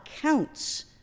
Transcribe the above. counts